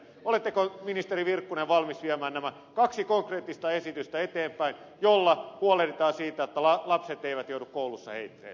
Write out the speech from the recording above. oletteko ministeri virkkunen valmis viemään nämä kaksi konkreettista esitystä eteenpäin joilla huolehditaan siitä että lapset eivät joudu koulussa heitteille